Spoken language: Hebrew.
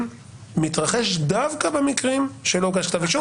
מתרחש דווקא במקרים שלא הוגש בהם כתב אישום,